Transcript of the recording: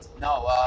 No